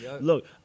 Look